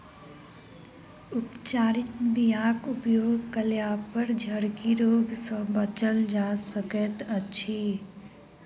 उपचारित बीयाक उपयोग कयलापर झरकी रोग सँ बचल जा सकैत अछि